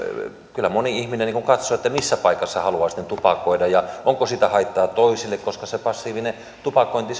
kyllä moni ihminen katsoo missä paikassa haluaa tupakoida ja onko siitä haittaa toisille koska se passiivinen tupakointi